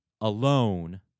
alone